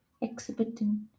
exhibiting